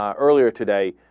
um earlier today